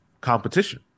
competition